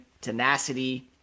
tenacity